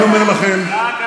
אני אומר לכם, רק אתה מבין.